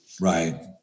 Right